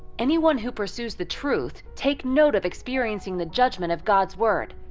anyone who pursues the truth take note of experiencing the judgment of god's word,